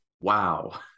wow